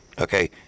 okay